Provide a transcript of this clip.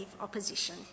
opposition